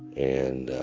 and